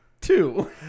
Two